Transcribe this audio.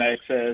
access